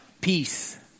peace